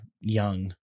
young